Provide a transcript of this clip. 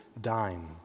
dime